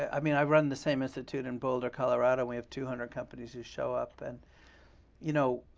i mean, i run the same institute in boulder, colorado. we have two hundred companies who show up, and you know